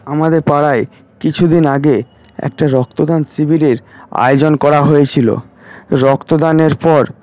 আমাদের পাড়ায় কিছুদিন আগে একটা রক্তদান শিবিরের আয়োজন করা হয়েছিল রক্তদানের পর